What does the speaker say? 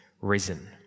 risen